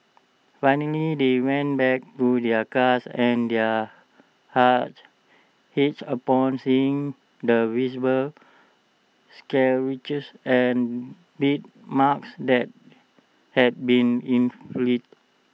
finally they went back to their cars and their hearts ached upon seeing the visible scratches and bite marks that had been inflicted